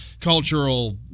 cultural